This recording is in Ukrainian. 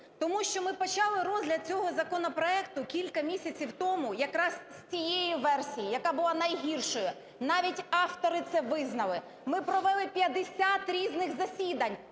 тому що ми почали розгляд цього законопроекту кілька місяців тому якраз з цієї версії, яка була найгіршою, навіть автори це визнали. Ми провели 50 різних засідань,